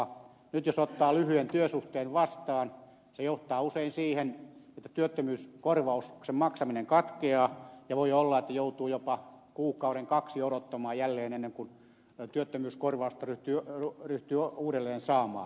nyt jos ottaa lyhyen työsuhteen vastaan se johtaa usein siihen että työttömyyskorvauksen maksaminen katkeaa ja voi olla että joutuu jopa kuukauden kaksi odottamaan jälleen ennen kuin työttömyyskorvausta ryhtyy uudelleen saamaan